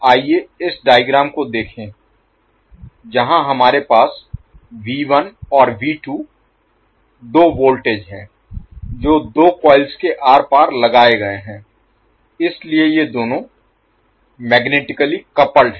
आइए इस डायग्राम को देखें जहाँ हमारे पास और दो वोल्टेज हैं जो दो कॉइल्स के आर पार लगाए गए हैं इसलिए ये दोनों मैग्नेटिकली कपल्ड हैं